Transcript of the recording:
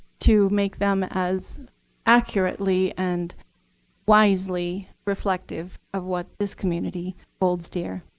to make them as accurately and wisely reflective of what this community holds dear.